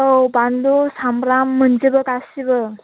औ बानलु सामब्राम मोनजोबो गासिबो